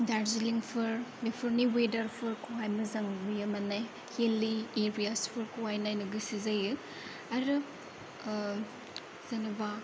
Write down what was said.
दार्जिलिंफोर बेफोरनि अवेडारफोरखौहाय मोजां नुयो माने हिल एरियासफोरखौहाय नायनो गोसो जायो आरो जेनेबा